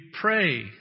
pray